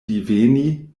diveni